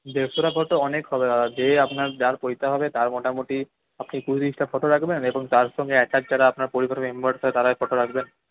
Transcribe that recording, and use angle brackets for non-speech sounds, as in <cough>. দেড়শোটা photo অনেক হবে দাদা যে আপনার যার পৈতে হবে তার মোটামুটি আপনি কুড়ি তিরিশটা ফটো রাখবেন এবং তার সঙ্গে অ্যাটাচ যারা আপনার পরিবারের মেম্বার <unintelligible> তাদের ফটো রাখবেন